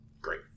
Great